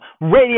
Radio